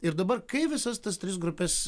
ir dabar kaip visas tas tris grupes